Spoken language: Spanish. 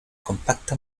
compacta